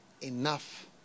enough